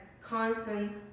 constant